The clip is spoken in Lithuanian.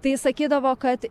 tai sakydavo kad